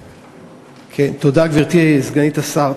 תודה, גברתי סגנית השר.